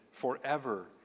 forever